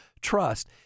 trust